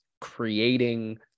creating